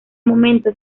momento